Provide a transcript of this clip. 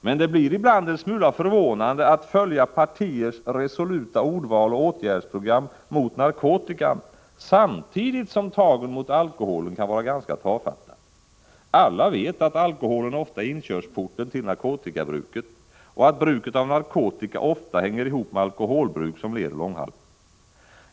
Men det blir ibland en smula förvånande att följa partiers resoluta ordval och åtgärdsprogram mot narkotikan, samtidigt som tagen mot alkoholen kan vara ganska tafatta. Alla vet att alkoholen ofta är inkörsporten till narkotikabruket och att bruket av narkotika ofta hänger ihop med alkoholbruk som ler och långhalm.